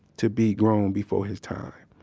to be grown before his time